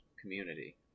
community